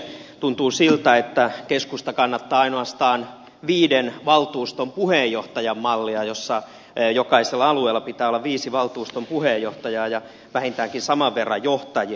tuntuu siltä että keskusta kannattaa ainoastaan viiden valtuuston puheenjohtajan mallia jossa jokaisella alueella pitää olla viisi valtuuston puheenjohtajaa ja vähintäänkin saman verran johtajia